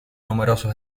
numerosos